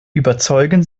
überzeugen